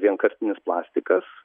vienkartinis plastikas